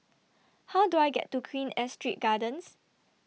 How Do I get to Queen Astrid Gardens